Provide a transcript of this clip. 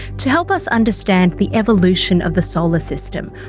to help us understand the evolution of the solar system,